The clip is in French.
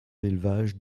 élevages